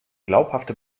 glaubhafte